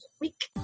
week